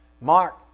Mark